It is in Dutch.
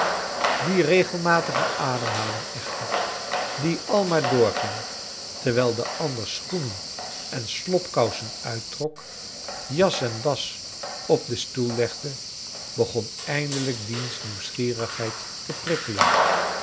die regelmatige ademhaling echter die al maar doorging tcrwijl de ander schoenen en slobkousen uittrok jas en das op den stoel legde begon eindelijk diens nieuwsgierigheid te prikkelen